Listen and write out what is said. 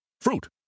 fruit